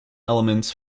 elements